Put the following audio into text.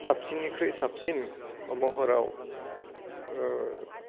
साबसिननिख्रुइ साबसिन महराव